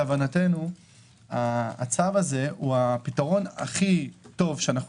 להבנתנו הצו הזה הוא הפתרון הכי טוב שאנחנו